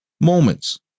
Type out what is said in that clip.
Moments